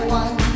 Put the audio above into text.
one